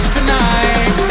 Tonight